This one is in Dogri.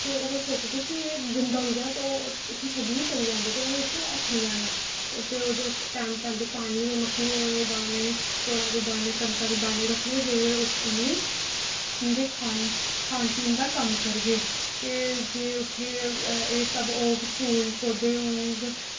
ते ओह् सोचदे कि एह् गंदा होई दा ते ओह् उसी छड्डियै चली जंदे ते असें उसी हत्थ निं लाना ते ओह्दे टैम टैम दे मक्की दे दाने कनका दे दाने चौलां दे दाने रक्खने जे उ'नें ई उं'दे खान पीन दा कम्म करगे ते जे उत्थै इस स्हाबै दे फुल्ल पौधे होङ